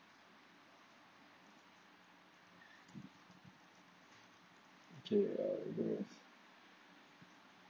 kay err